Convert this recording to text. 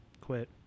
quit